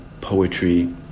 poetry